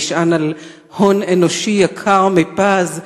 נשען על הון אנושי יקר מפז,